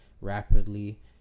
rapidly